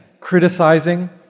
criticizing